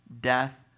death